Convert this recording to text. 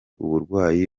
uburwayi